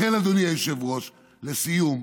לכן, אדוני היושב-ראש, לסיום,